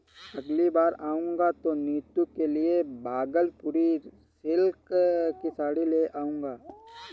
अगली बार आऊंगा तो नीतू के लिए भागलपुरी सिल्क की साड़ी ले जाऊंगा